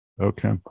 Okay